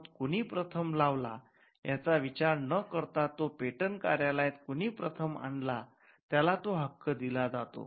शोध कुणी प्रथम लावला याचा विचार नकरता तो पेटंट कार्यालयात कुणी प्रथम आणलं त्याला तो हक्क दिला जातो